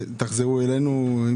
תחזרו אלינו עם